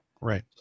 Right